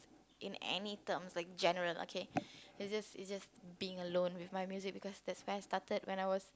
in any terms like general okay is just is just being alone with my music because that's where I started when I was